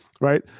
right